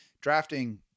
drafting